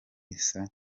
isa